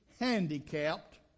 handicapped